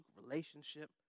relationship